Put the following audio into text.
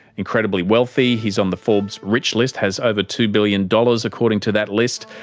incredibly wealthy. he's on the forbes rich list, has over two billion dollars according to that list.